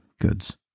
goods